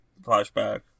flashback